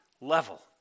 level